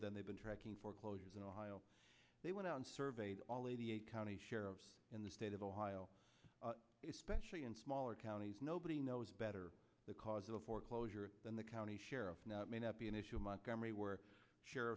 of them they've been tracking foreclosures in ohio they went out and surveyed all eighty eight county sheriffs in the state of ohio especially in smaller counties nobody knows better the cause of a foreclosure than the county sheriff now it may not be an issue in montgomery where sh